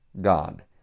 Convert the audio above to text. God